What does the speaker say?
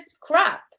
crap